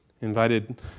Invited